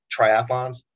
triathlons